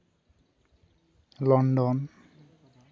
London